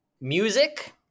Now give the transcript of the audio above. music